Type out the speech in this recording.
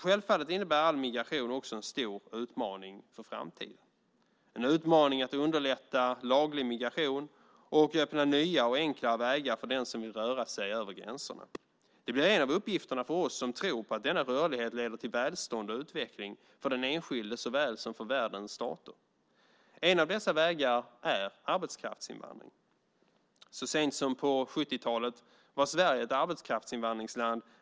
Självfallet innebär all migration också en stor utmaning för framtiden. Det är en utmaning att underlätta laglig migration och öppna nya och enklare vägar för den som vill röra sig över gränserna. Det blir en av uppgifterna för oss som tror på att denna rörlighet leder till välstånd och utveckling såväl för den enskilde som för världens stater. En av dessa vägar är arbetskraftsinvandring. Så sent som på 70-talet var Sverige ett arbetskraftsinvandringsland.